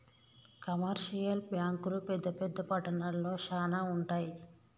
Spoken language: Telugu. కమర్షియల్ బ్యాంకులు పెద్ద పెద్ద పట్టణాల్లో శానా ఉంటయ్